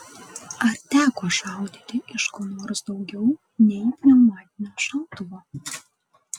ar teko šaudyti iš ko nors daugiau nei pneumatinio šautuvo